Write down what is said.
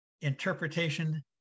interpretation